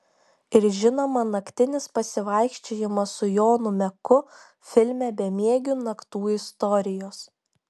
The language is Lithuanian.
ir žinoma naktinis pasivaikščiojimas su jonu meku filme bemiegių naktų istorijos